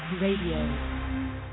Radio